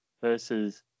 versus